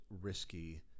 risky